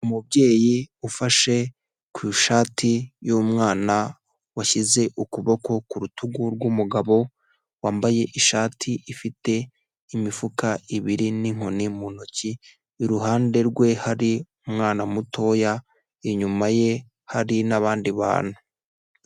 Umubyeyi ufashe ku ishati y'umwana washyize ukuboko ku rutugu rw'umugabo, wambaye ishati ifite imifuka ibiri n'inkoni mu ntoki, iruhande rwe hari umwana mutoya, inyuma ye hari n'abandi bantu.